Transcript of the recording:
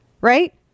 right